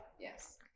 Yes